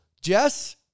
Jess